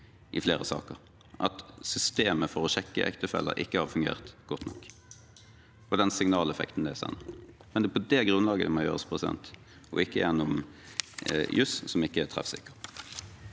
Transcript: i flere saker, at systemet for å sjekke ektefeller ikke har fungert godt nok, med den signaleffekten det sender, men det er på det grunnlaget det må gjøres, ikke gjennom juss som ikke er treffsikker.